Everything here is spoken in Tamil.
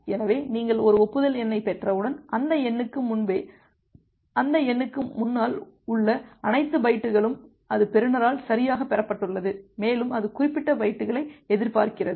எனவே நீங்கள் ஒரு ஒப்புதல் எண்ணைப் பெற்றவுடன் அந்த எண்ணுக்கு முன்பே அந்த எண்ணுக்கு முன்னால் உள்ள அனைத்து பைட்டுகளும் அது பெறுநரால் சரியாகப் பெறப்பட்டுள்ளது மேலும் அது குறிப்பிட்ட பைட்டுகளை எதிர்பார்க்கிறது